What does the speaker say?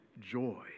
joy